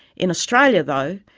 in australia, though,